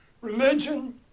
religion